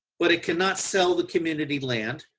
but it cannot sell the community land,